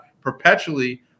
perpetually